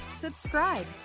subscribe